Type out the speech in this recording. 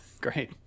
great